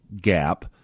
gap